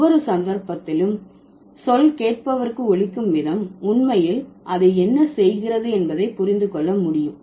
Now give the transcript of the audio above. ஒவ்வொரு சந்தர்ப்பத்திலும் சொல் கேட்பவருக்கு ஒலிக்கும் விதம் உண்மையில் அதை என்ன செய்கிறது என்பதை புரிந்து கொள்ள முடியும்